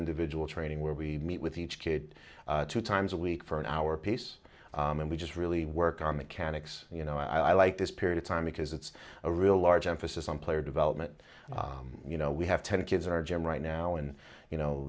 individual training where we meet with each kid two times a week for an hour piece and we just really work our mechanics you know i like this period of time because it's a real large emphasis on player development you know we have ten kids or jim right now and you know